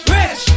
Rich